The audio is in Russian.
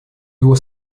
его